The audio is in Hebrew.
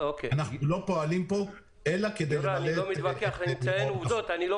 אנחנו לא פועלים פה אלא כדי למלא --- אני לא מתווכח ולא מאשים,